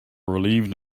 relieved